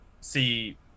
see